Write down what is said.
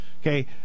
Okay